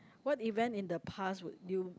what event in the past would you